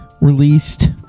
Released